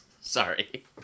Sorry